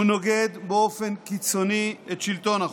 הוא נוגד באופן קיצוני את שלטון החוק.